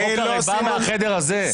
החוק הרי בא מהחדר הזה,